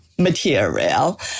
Material